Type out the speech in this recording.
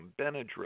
Benadryl